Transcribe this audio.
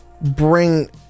bring